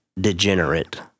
degenerate